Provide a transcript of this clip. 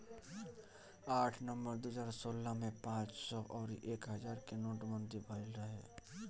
आठ नवंबर दू हजार सोलह में पांच सौ अउरी एक हजार के नोटबंदी भईल रहे